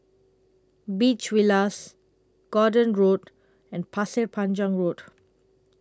Beach Villas Gordon Road and Pasir Panjang Road